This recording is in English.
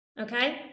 okay